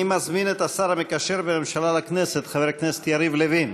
אני מזמין את השר המקשר בין הממשלה לכנסת חבר הכנסת יריב לוין